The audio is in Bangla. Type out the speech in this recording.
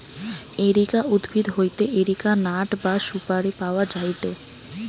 এরিকা উদ্ভিদ হইতে এরিকা নাট বা সুপারি পাওয়া যায়টে